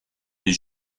des